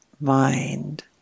mind